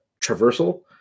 traversal